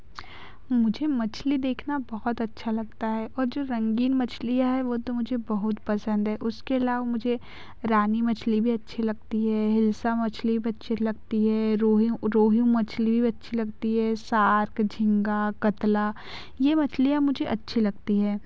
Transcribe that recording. मुझे मछली देखना बहुत अच्छा लगता है और जो रंगीन मछलियाँ हैं वे तो मुझे बहुत पसंद हैं उसके अलावा मुझे रानी मछली भी अच्छी लगती है हिल्सा मछली भी अच्छी लगती है रोहिऊ रोहू मछली भी अच्छी लगती है शार्क झींगा कतला यह मछलियाँ मुझे अच्छी लगती हैं